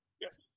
Yes